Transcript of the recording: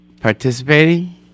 participating